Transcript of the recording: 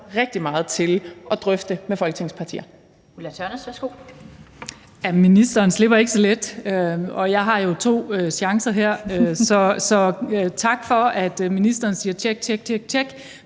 rigtig meget til at drøfte med Folketingets partier.